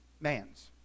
man's